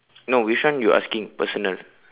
no which one you asking personal